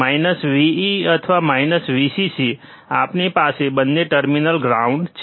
Vee અથવા Vcc આપણી પાસે બંને ટર્મિનલ ગ્રાઉન્ડ છે